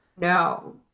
No